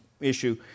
issue